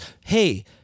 Hey